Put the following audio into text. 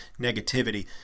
negativity